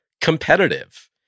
competitive